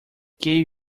gave